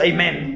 Amen